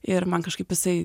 ir man kažkaip isai